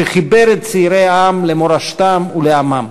שחיבר את צעירי העם למורשתם ולעמם?